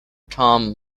tom